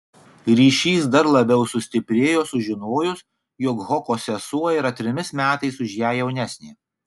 ryšys dar labiau sustiprėjo sužinojus jog hoko sesuo yra trimis metais už ją jaunesnė